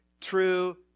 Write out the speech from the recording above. true